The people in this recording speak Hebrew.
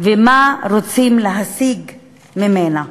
ומה רוצים להשיג בה.